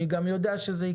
אני גם יודע שזה יקרה.